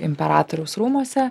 imperatoriaus rūmuose